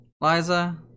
Liza